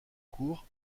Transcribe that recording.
cour